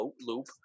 loop